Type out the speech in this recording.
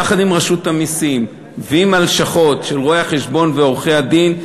יחד עם רשות המסים ועם הלשכות של רואי-החשבון ועורכי-הדין.